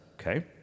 Okay